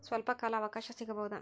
ಸ್ವಲ್ಪ ಕಾಲ ಅವಕಾಶ ಸಿಗಬಹುದಾ?